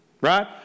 right